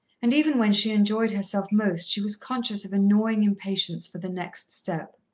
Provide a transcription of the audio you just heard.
and even when she enjoyed herself most she was conscious of a gnawing impatience for the next step.